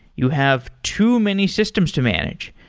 you have too many systems to manage.